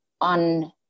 on